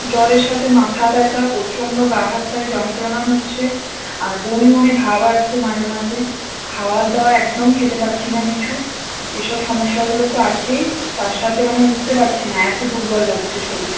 জ্বরের সাথে মাথা ব্যথা প্রচণ্ড গা হাত পায়ে যন্ত্রণা হচ্ছে আর বমি বমি ভাব আসছে মাঝে মাঝে খাওয়া দাওয়ার একদম খেতে পারছি না কিছু এসব সমস্যাগুলো তো আছেই তার সাথে মানে উঠতে পারছি না এতো দূর্বল লাগছে শরীর